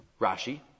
Rashi